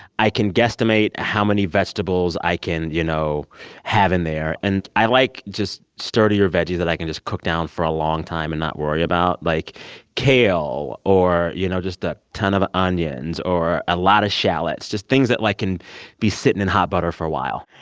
i can guesstimate how many vegetables i can you know have in there and i like just sturdier veggies that i can just cook down for a long time and not worry about, like kale or you know just a ton of onions or a lot of shallots. just things that like can be sitting in hot butter for a while.